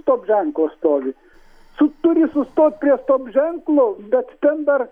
stop ženklas stovi tu turi sustot prie stop ženklo bet ten dar